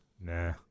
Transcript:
Nah